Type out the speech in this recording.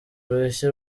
urushyi